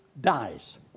dies